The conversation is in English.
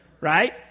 right